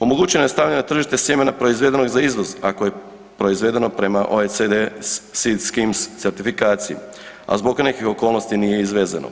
Omogućeno je stavljanje na tržište sjemena proizvedeno za izvoz ako je proizvedeno prema OECD … [[Govornik se ne razumije]] certifikaciji, a zbog nekih okolnosti nije izvezeno.